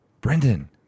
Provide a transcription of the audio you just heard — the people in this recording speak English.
brendan